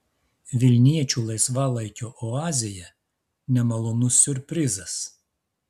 vilniečių laisvalaikio oazėje nemalonus siurprizas